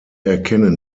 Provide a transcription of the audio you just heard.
erkennen